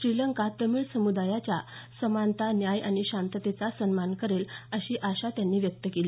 श्रीलंका तमिळ समुदायाच्या समानता न्याय आणि शांततेचा सन्मान करेल अशी आशा त्यांनी व्यक्त केली